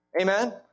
Amen